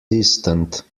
distant